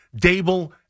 Dable